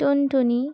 টুনটুনি